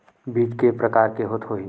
बीज के प्रकार के होत होही?